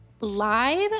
live